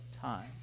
time